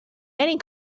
many